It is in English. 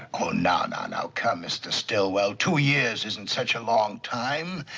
oh, now, now, now. come, mr. stillwell. two years isn't such a long time.